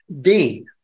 Dean